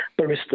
Barista